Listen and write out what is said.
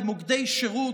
במוקדי שירות,